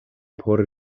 por